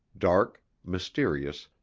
dark, mysterious,